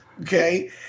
Okay